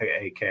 AK